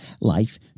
life